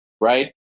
right